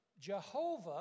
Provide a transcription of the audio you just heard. Jehovah